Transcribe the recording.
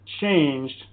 changed